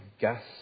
Gas